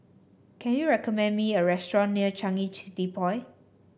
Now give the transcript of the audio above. can you recommend me a restaurant near Changi City Point